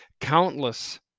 countless